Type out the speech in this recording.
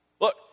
Look